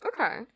okay